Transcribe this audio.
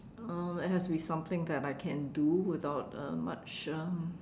um it has to be something that I can do without uh much um